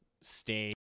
stay